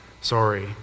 sorry